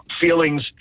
feelings